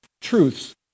truths